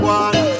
one